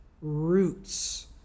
roots